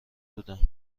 بودم